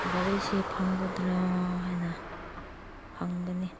ꯒꯥꯔꯤꯁꯤ ꯐꯪꯒꯗ꯭ꯔꯥ ꯍꯥꯏꯅ ꯍꯪꯕꯅꯤ